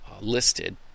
listed